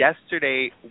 Yesterday